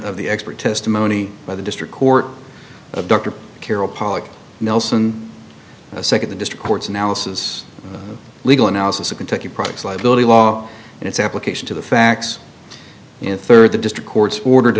of the expert testimony by the district court of dr carol pollock nelson second the district court's analysis legal analysis of kentucky products liability law and its application to the facts in third the district court ordered a